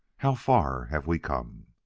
how far have we come?